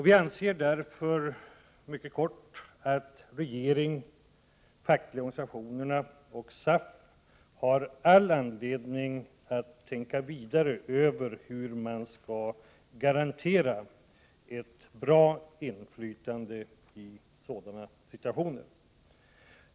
Vi anser därför, kort sagt, att regeringen, de fackliga organisationerna och SAF har all anledning att fundera vidare över hur man skall garantera ett bra inflytande i sådana situationer.